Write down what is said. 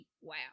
wow